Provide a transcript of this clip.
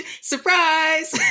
Surprise